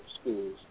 schools